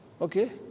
Okay